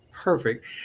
Perfect